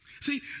See